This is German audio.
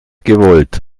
gewollt